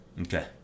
okay